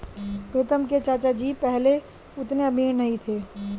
प्रीतम के चाचा जी पहले उतने अमीर नहीं थे